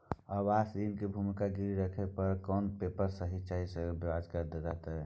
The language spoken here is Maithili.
आवास ऋण म भूमि गिरवी राखै पर आर कोन पेपर सब चाही आ संगे ब्याज दर कत्ते रहते?